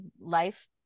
life